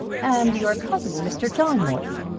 and your cousin, mr. john morton.